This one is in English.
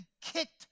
kicked